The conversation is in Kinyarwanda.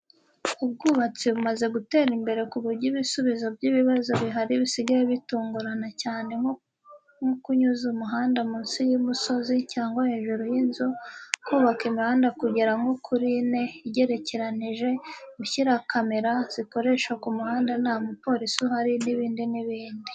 Ubwubatsi bumaze gutera imbere ku buryo ibisubizo by'ibibazo bihari bisigaye bitungurana cyane nko kunyuza umuhanda munsi y'umusozi cyangwa hejuru y' inzu, kubaka imihanda kugera nko kuri ine igerekeranyije, gushyira kamera zikoresha ku muhanda nta mupolisi uhari n' ibindi n' ibindi.